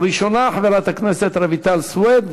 הראשונה, חברת הכנסת רויטל סויד,